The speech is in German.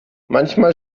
manchmal